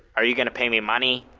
are you going to pay me money?